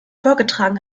vorgetragen